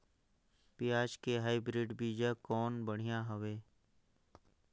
पियाज के हाईब्रिड बीजा कौन बढ़िया हवय?